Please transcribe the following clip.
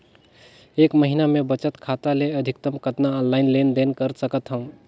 एक महीना मे बचत खाता ले अधिकतम कतना ऑनलाइन लेन देन कर सकत हव?